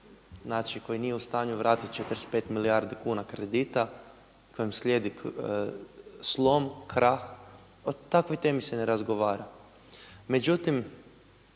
koji nije u stanju vratiti 45 milijardi kuna kredita, kojem slijedi slom, krah, o takvoj temi se ne razgovara.